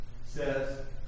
says